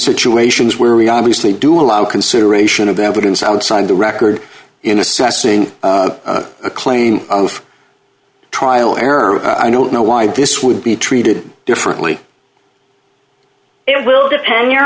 situations where we obviously do allow consideration of evidence outside the record in assessing a claim of trial error i don't know why this would be treated differently it will depend